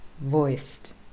voiced